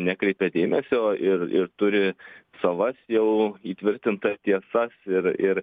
nekreipia dėmesio ir ir turi savas jau įtvirtintas tiesas ir ir